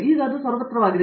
ಈಗ ಅದು ಸರ್ವತ್ರವಾಗಿದೆ